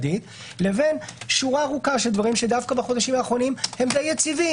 לבין שורת דברים שדווקא בחודשים האחרונים הם די יציבים,